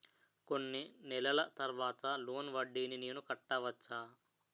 కొన్ని నెలల తర్వాత లోన్ వడ్డీని నేను కట్టవచ్చా?